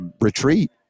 retreat